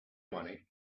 money